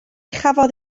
chafodd